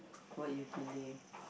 what you delay